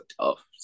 tough